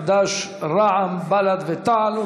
חד"ש, רע"מ, בל"ד ותע"ל.